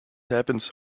happens